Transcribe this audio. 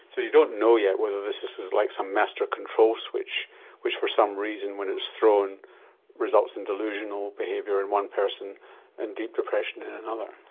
so you don't know yet whether this this is like some master control switch which for some reason when it's thrown results in delusional behaviour in one person and deep depression in another.